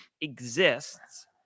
exists